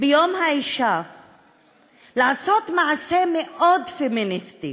ביום האישה לעשות מעשה מאוד פמיניסטי